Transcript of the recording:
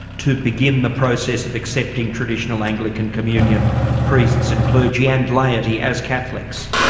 to begin the process of accepting traditional anglican communion priests and clergy and laity as catholics?